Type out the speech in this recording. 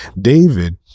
David